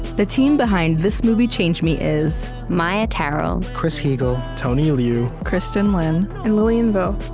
the team behind this movie changed me is maia tarrell, chris heagle, tony liu, kristin lin, and lilian vo.